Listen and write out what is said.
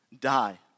Die